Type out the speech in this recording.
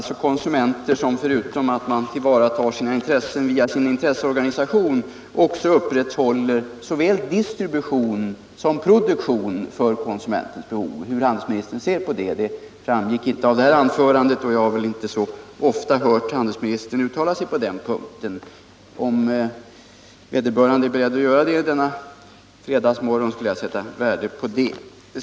Det är konsumenter som förutom att tillvarata sina intressen via en intresseorganisation också upprätthåller såväl distribution som produktion för konsumenternas behov. Jag skulle vilja veta hur handelsministern ser på det — det framgick inte av det här anförandet, och jag har inte så ofta hört handelsministern uttala sig på den punkten. Om handelsministern är beredd att göra det denna fredagsmorgon skulle jag sätta värde på det.